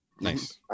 Nice